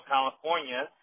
California